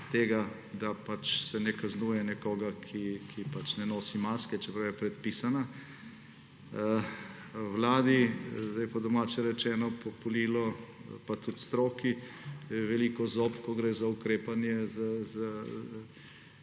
da se ne kaznuje nekoga, ki ne nosi maske, čeprav je predpisana, vladi, po domače rečeno, populilo, pa tudi stroki, veliko zob, ko gre za ukrepanje